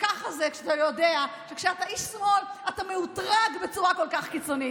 וככה זה כשאתה יודע שכשאתה איש שמאל אתה מאותרג בצורה כל כך קיצונית.